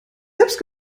selbst